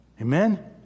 Amen